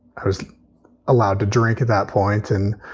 i was allowed to drink at that point in